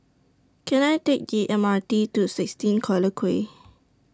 Can I Take The M R T to sixteen Collyer Quay